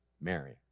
Mary